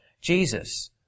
Jesus